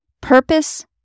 Purpose